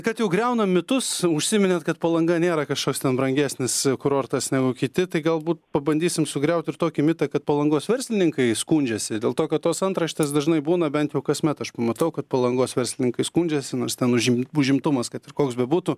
kad jau griaunam mitus užsiminėt kad palanga nėra kažkoks ten brangesnis kurortas negu kiti tai galbūt pabandysim sugriaut ir tokį mitą kad palangos verslininkai skundžiasi dėl to kad tos antraštės dažnai būna bent jau kasmet aš pamatau kad palangos verslininkai skundžiasi nors ten užim užimtumas kad ir koks bebūtų